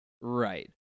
Right